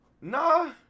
Nah